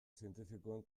zientifikoen